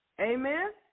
Amen